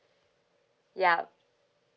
yup